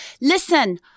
Listen